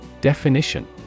Definition